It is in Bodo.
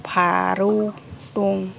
फारौ दं